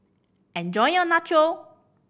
enjoy your Nacho